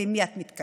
עם מי את מתקשרת?